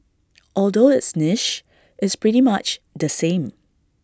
although it's niche it's pretty much the same